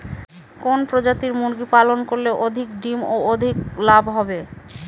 কোন প্রজাতির মুরগি পালন করলে অধিক ডিম ও অধিক লাভ হবে?